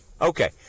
okay